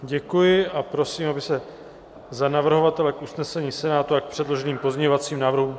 Děkuji a prosím, aby se za navrhovatele k usnesení Senátu a k předloženým pozměňovacím návrhům...